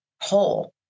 whole